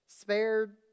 spared